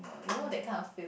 you know that kind of